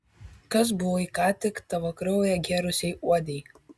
kas buvai ką tik tavo kraują gėrusiai uodei